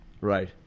Right